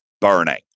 burning